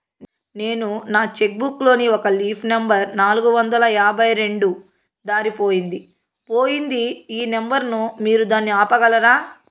నేను నా cheque book లోని ఒక లీఫ్ నెంబర్ నాలుగు వందల యాభై రెండు దారిపొయింది పోయింది ఈ నెంబర్ ను మీరు దాన్ని ఆపగలరా?